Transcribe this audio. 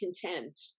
content